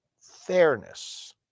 Fairness